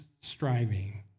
striving